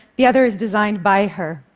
the other is designed by her.